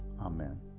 amen